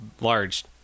large